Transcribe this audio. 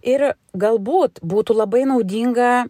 ir galbūt būtų labai naudinga